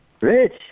Rich